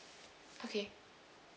okay